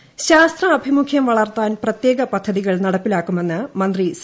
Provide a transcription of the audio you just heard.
രവീന്ദ്രനാഥ് ശാസ്ത്രാഭിമുഖ്യം വളർത്താൻ പ്രത്യേക പദ്ധതികൾ നടപ്പിലാക്കുമെന്ന് മന്ത്രി സി